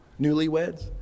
Newlyweds